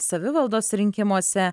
savivaldos rinkimuose